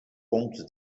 pontos